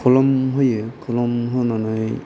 खोलोम होयो खोलोम होनानै